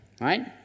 right